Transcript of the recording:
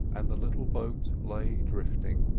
and the little boat lay drifting.